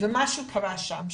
ומשהו קרה שם.